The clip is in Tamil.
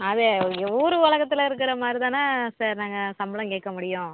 அதே ஊர் உலகத்துல இருக்கிற மாதிரி தானே சார் நாங்கள் சம்பளம் கேட்க முடியும்